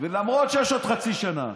למרות שיש עוד חצי שנה.